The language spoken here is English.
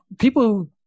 people